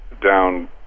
down